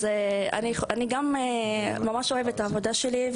אני גם ממש אוהבת את העבודה שלי.